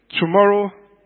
tomorrow